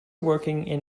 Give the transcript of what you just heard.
working